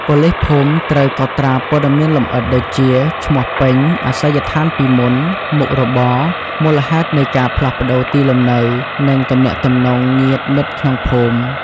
ប៉ូលីសភូមិត្រូវ កត់ត្រាព័ត៌មានលម្អិតដូចជា ឈ្មោះពេញ អាសយដ្ឋានពីមុន មុខរបរ មូលហេតុនៃការផ្លាស់ប្តូរទីលំនៅ និងទំនាក់ទំនងញាតិមិត្តក្នុងភូមិ ។